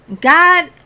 God